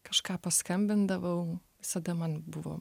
kažką paskambindavau visada man buvo